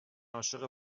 عاشق